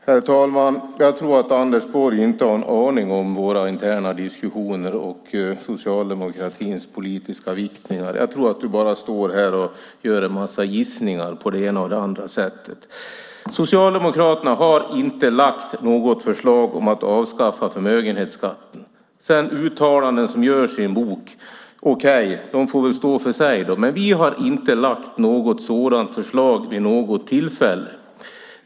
Herr talman! Jag tror att Anders Borg inte har en aning om våra interna diskussioner och Socialdemokraternas politiska viktningar. Jag tror att du bara står här och gör en massa gissningar på det ena och det andra sättet. Socialdemokraterna har inte lagt fram något förslag om att avskaffa förmögenhetsskatten. Uttalanden som görs i en bok får stå för sig. Vi har inte lagt fram något sådant förslag vid något tillfälle.